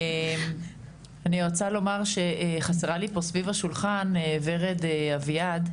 אני רוצה לומר שחסרה לי פה סביב השולחן ורד אביעד,